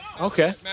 Okay